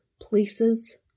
places